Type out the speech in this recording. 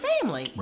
family